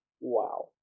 wow